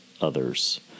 others